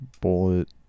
Bullet